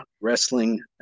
wrestling